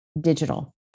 digital